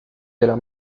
della